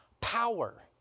power